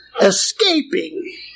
escaping